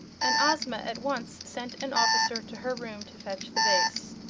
and ozma at once sent an officer to her room to fetch the vase.